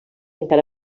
encara